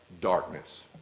darkness